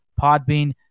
Podbean